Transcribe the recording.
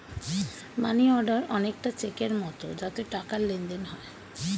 মানি order অনেকটা চেকের মতো যাতে টাকার লেনদেন হয়